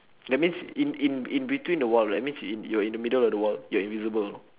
that means in in in between the wall right means in you're in the middle of the wall you're invisible